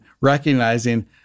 recognizing